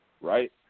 right